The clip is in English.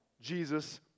Jesus